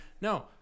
no